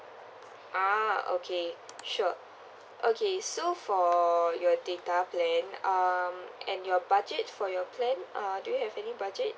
ah okay sure okay so for your data plan um and your budget for your plan uh do you have any budget